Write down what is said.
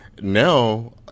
now